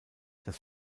das